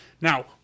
Now